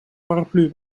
paraplu